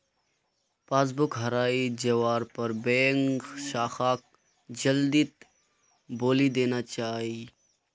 passbook हराई जवार पर बैंक शाखाक जल्दीत बोली देना चाई